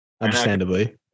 understandably